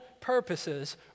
purposes